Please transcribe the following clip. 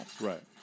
Right